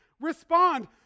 respond